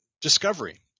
discovery